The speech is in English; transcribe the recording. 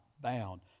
bound